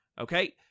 Okay